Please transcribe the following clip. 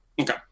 Okay